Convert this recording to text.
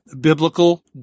biblical